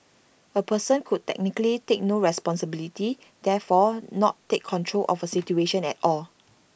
A person could technically take no responsibility therefore not take control of A situation at all